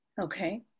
Okay